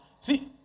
See